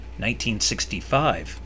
1965